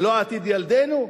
זה לא עתיד ילדינו?